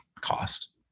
cost